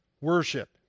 worship